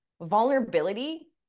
vulnerability